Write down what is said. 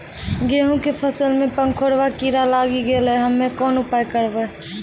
गेहूँ के फसल मे पंखोरवा कीड़ा लागी गैलै हम्मे कोन उपाय करबै?